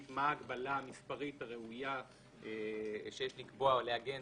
מה ההגבלה המקצועית הראויה שיש לקבוע או לעגן